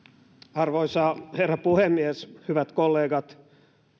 arvoisa herra puhemies hyvät kollegat